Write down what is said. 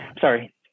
sorry